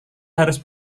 harus